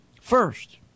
first